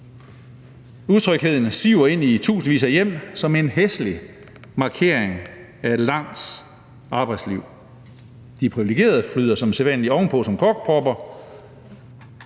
Utrygheden siver ind i tusindvis af hjem som en hæslig markering af et langt arbejdsliv. De priviligerede flyder som sædvanlig ovenpå som korkpropper.